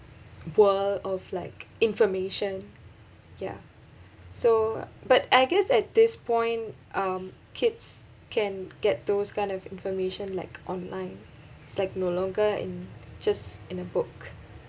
world of like information ya so but I guess at this point um kids can get those kind of information like online it's like no longer in just in a book